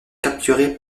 capturé